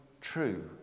true